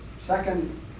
second